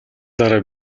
дараа